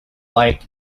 like